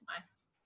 Nice